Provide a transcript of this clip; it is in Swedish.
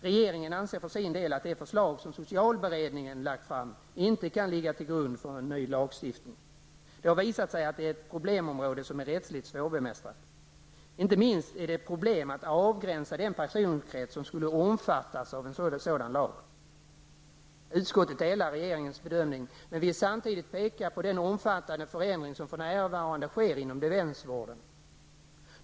Regeringen anser för sin del att det förslag som socialberedningen lagt fram inte kan ligga till grund för en ny lagstiftning. Det har visat sig att det är ett problemområde som är rättsligt svårbemästrat. Inte minst är det problem att avgränsa den personkrets som skulle omfattas av en sådan lag. Utskottet delar regeringens bedömning men vill samtidigt peka på den omfattande förändring som för närvarande sker inom demensvården.